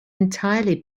entirely